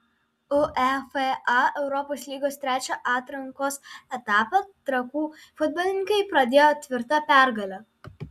uefa europos lygos trečią atrankos etapą trakų futbolininkai pradėjo tvirta pergale